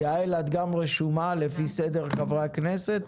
יעל את גם רשומה לפי סדר חברי הכנסת.